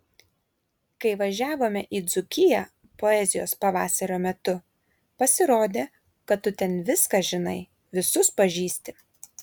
kai važiavome į dzūkiją poezijos pavasario metu pasirodė kad tu ten viską žinai visus pažįsti